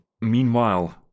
Meanwhile